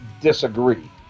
disagree